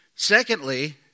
Secondly